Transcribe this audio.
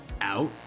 out